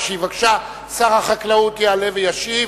שר החקלאות יעלה וישיב,